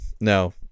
No